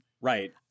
right